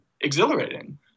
exhilarating